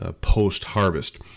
post-harvest